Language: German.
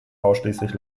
ausschließlich